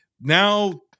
now